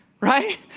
right